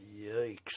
Yikes